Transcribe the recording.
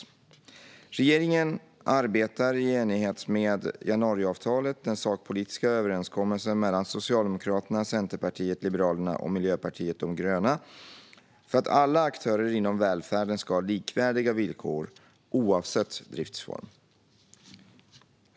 Regeringen arbetar i enlighet med januariavtalet, den sakpolitiska överenskommelsen mellan Socialdemokraterna, Centerpartiet, Liberalerna och Miljöpartiet de gröna, för att alla aktörer inom välfärden ska ha likvärdiga villkor oavsett driftsform.